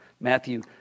Matthew